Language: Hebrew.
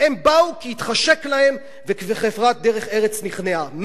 הם באו כי התחשק להם, וחברת "דרך ארץ" נכנעה.